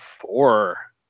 four